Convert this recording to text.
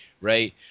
Right